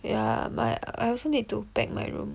ya but I also need to pack my room